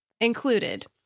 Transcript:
included